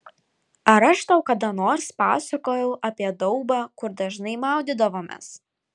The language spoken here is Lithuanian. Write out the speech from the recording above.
ar aš tau kada nors pasakojau apie daubą kur dažnai maudydavomės